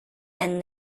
and